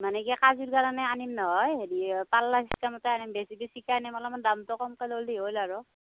মানে কি কাজৰ কাৰণে আনিম নহয় হেৰি পাল্লা চিষ্টেমতে আনিম বেছি বেছিকে আনিম অলপমান দামটো কমকৈ ল'লি হ'ল আৰু